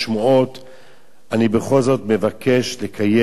אני בכל זאת מבקש לקיים דיון רציני ומעמיק.